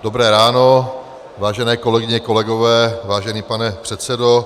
Dobré ráno, vážené kolegyně, kolegové, vážený pane předsedo.